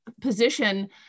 position